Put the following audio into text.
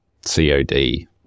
cod